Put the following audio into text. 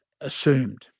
assumed